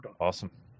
Awesome